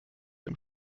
dem